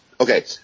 okay